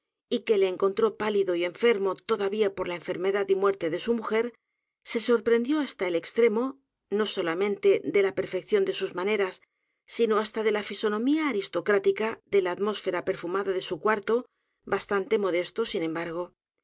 y que le encontró pálido y enfermo todavía por la enfermedad y muerte de su mujer se sorprendió hasta el extremo no solamente de la perfección de sus maneras sino hasta de la fisonomía aristocrática d é l a atmósfera perfumada de su cuarto bastante modesto sin